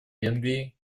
венгрии